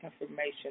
information